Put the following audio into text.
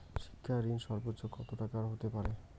শিক্ষা ঋণ সর্বোচ্চ কত টাকার হতে পারে?